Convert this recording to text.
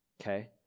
okay